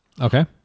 okay